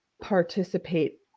participate